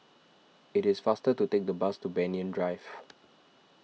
it is faster to take the bus to Banyan Drive